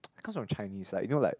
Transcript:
comes from Chinese like you know like